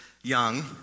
young